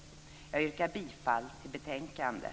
Jag yrkar bifall till hemställan i betänkandet.